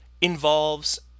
involves